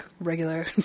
regular